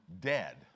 dead